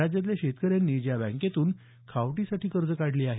राज्यातल्या शेतकऱ्यांनी ज्या बँकेतून खावटीसाठी कर्ज काढली आहेत